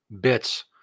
bits